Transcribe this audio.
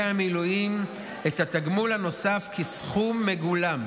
המילואים את התגמול הנוסף כסכום מגולם,